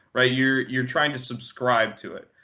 right? you're you're trying to subscribe to it.